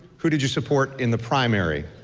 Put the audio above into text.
who did you support in the primary?